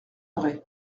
vrai